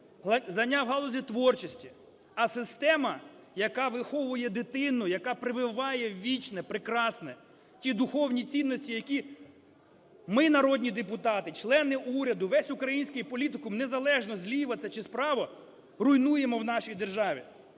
знання в галузі творчості, а система, яка виховує дитину, яка прививає вічне, прекрасне, ті духовні цінності, які ми, народні депутати, члени уряду, весь український політикум, незалежно, зліва це чи справа, руйнуємо в нашій державі.